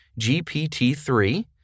GPT-3